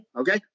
Okay